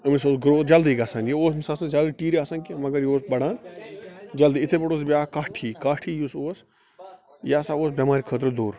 أمِس اوس گرٛوتھ جلدٕے گَژھان یہِ اوس أمِس ٲسۍ نہٕ زیادٕ ٹیٖرِ آسان کیٚنٛہہ مگر یہِ اوس بَڈان جلدٕے یتھٕے پٲٹھۍ اوس بیٛاکھ کٹھ ہِوِۍ کٹھ ہِوِۍ یُس اوس یہِ ہسا اوس بیٚمارِ خٲطر دوٚر